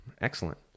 Excellent